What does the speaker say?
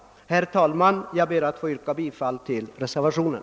Herr talman! Jag ber att få yrka bifall till reservationen.